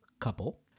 couple